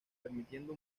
permitiendo